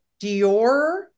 Dior